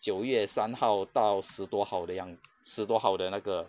九月三号到十多号的样十多号的那个